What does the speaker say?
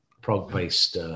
prog-based